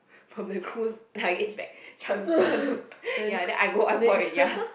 from the cruise luggage bag transfer to ya then I go out and bought it ya